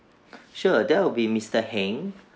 sure there'll be mister heng